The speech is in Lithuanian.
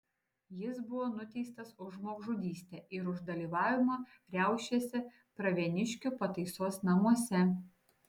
jis buvo nuteistas už žmogžudystę ir už dalyvavimą riaušėse pravieniškių pataisos namuose